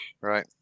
Right